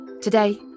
Today